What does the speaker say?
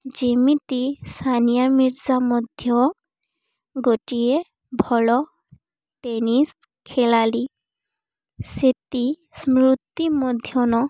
ଯେମିତି ସାନିଆ ମିର୍ଜା ମଧ୍ୟ ଗୋଟିଏ ଭଲ ଟେନିସ୍ ଖେଳାଳି ସେତି ସ୍ମୃତି ମଧ୍ୟନ